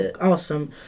Awesome